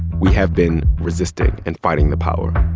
we have been resisting and fighting the power.